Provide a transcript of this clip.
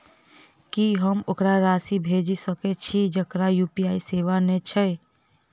की हम ओकरा राशि भेजि सकै छी जकरा यु.पी.आई सेवा नै छै?